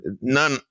none